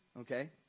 okay